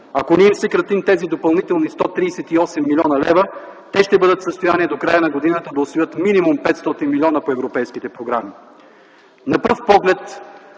Ако не им съкратим тези допълнителни 138 млн. лв. те ще бъдат в състояние до края на годината да усвоят минимум 500 млн. лв. по европейските програми. На пръв поглед